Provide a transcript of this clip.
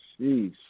jeez